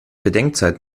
bedenkzeit